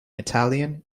italian